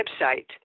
website